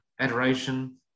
adoration